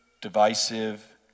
divisive